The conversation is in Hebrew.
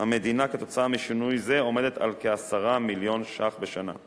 המדינה כתוצאה משינוי זה עומדת על כ-10 מיליון ש"ח בשנה.